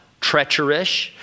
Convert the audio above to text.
treacherous